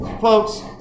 Folks